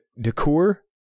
decor